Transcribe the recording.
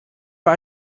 war